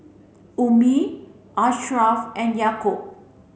Ummi Ashraff and Yaakob